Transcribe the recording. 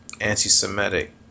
anti-semitic